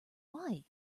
why